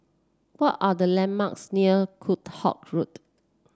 what are the landmarks near Kheam Hock Road